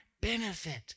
benefit